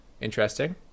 interesting